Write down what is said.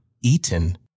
eaten